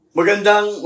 Magandang